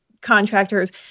contractors